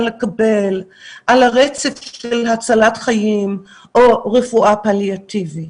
לקבל על הרצף של הצלת חיים או רפואה פליאטיבית,